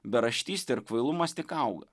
beraštystė ir kvailumas tik auga